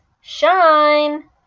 shine